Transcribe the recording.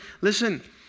Listen